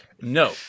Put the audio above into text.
No